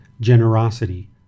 Generosity